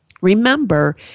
Remember